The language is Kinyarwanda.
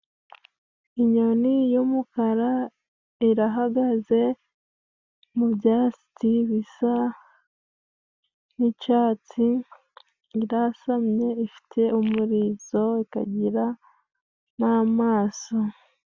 Inyoni y'umukara ihagaze mu byatsi bisa n'icyatsi, irasamye, ifite umurizo, ikagira n'amaso.